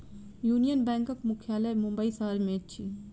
union बैंकक मुख्यालय मुंबई शहर में अछि